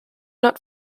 not